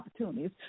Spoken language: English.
opportunities